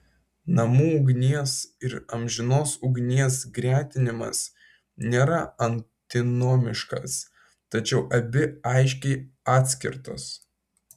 namų ugnies ir amžinos ugnies gretinimas nėra antinomiškas tačiau abi aiškiai atskirtos